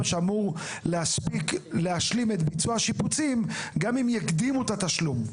שאמור להספיק ולבצע את השיפוצים גם אם יקדימו את התשלום.